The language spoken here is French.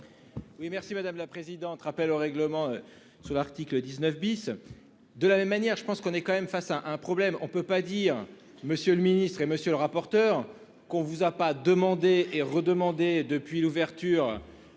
Oui merci madame la présidente, rappel au règlement sur l'article 19 bis de la même manière, je pense qu'on est quand même face à un problème on peut pas dire monsieur le ministre et monsieur le rapporteur, qu'on vous a pas demander et redemander depuis l'ouverture.